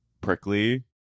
prickly